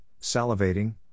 salivating